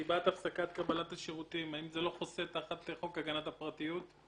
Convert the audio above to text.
סיבת הפסקת קבלת השירותים - האם זה לא חוסה תחת חוק הגנת הפרטיות?